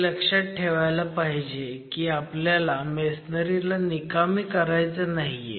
हे लक्षात ठेवलं पाहिजे की आपल्याला मेसनरी ला निकामी करायचं नाहीये